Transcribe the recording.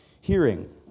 hearing